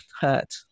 hurt